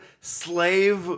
slave